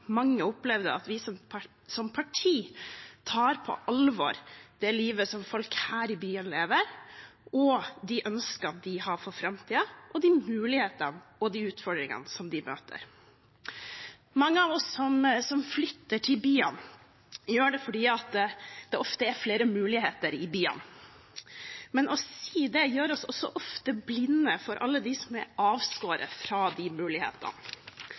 mange opplevde at vi som parti tar på alvor det livet som folk her i byen lever, de ønskene de har for framtiden, og de mulighetene og de utfordringene som de møter. Mange av oss som flytter til byene, gjør det fordi det ofte er flere muligheter i byene. Men å si det gjør oss også ofte blind for alle dem som er avskåret fra de mulighetene